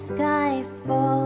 Skyfall